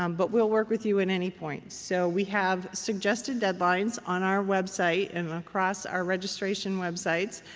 um but we'll work with you at any point. so we have suggested deadlines on our website and across our registration website.